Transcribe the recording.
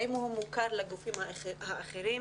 האם הוא מוכר לגופים האחרים.